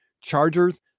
Chargers